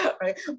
Right